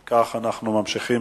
אם כך,